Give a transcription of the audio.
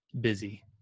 busy